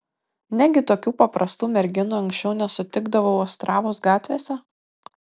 negi tokių paprastų merginų anksčiau nesutikdavau ostravos gatvėse